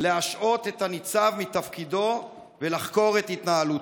להשעות את הניצב מתפקידו ולחקור את התנהלותו.